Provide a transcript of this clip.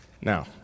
Now